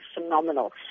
phenomenal